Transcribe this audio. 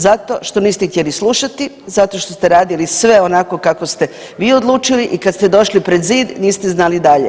Zato što niste htjeli slušati, zato što ste radili sve onako kako ste vi odlučili i kad ste došli pred zid, niste znali dalje.